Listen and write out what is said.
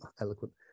eloquent